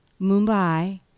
Mumbai